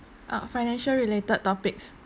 uh financial related topics